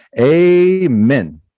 Amen